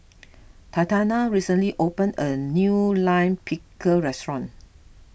Tatiana recently open a new Lime Pickle restaurant